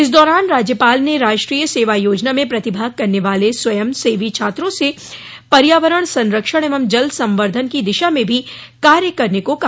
इस दौरान राज्यपाल ने राष्ट्रीय सेवा योजना में प्रतिभाग करने वाले स्वयं सेवी छात्रों से पर्यावरण संरक्षण एवं जल संवर्धन की दिशा में भी कार्य करने को कहा